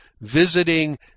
visiting